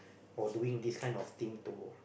or doing this kind of thing to